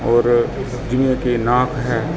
ਔਰ ਜਿਵੇਂ ਕਿ ਨਾਕ ਹੈ